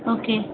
okay